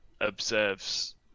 observes